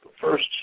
first